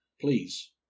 please